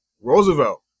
Roosevelt